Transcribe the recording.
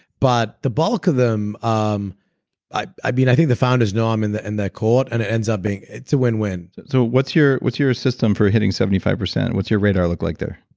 but the bulk of them, um i i mean i think the founders know i'm in and their court and it ends up being. it's a win-win so what's your what's your system for hitting seventy five percent? what's your radar look like there?